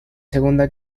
segunda